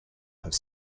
have